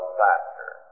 faster